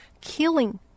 killing